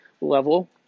level